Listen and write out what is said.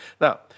Now